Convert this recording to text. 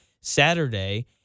Saturday